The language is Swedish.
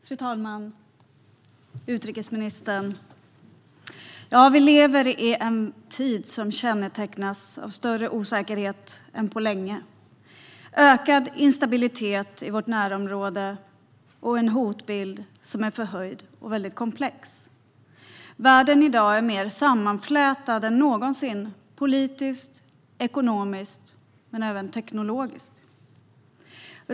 Fru talman! Utrikesministern! Vi lever i en tid som kännetecknas av större osäkerhet än på länge, ökad instabilitet i vårt närområde och en hotbild som är förhöjd och väldigt komplex. Världen är i dag mer sammanflätad än någonsin - politiskt, ekonomiskt och teknologiskt.